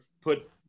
put –